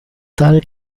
tal